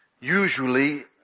Usually